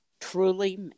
truly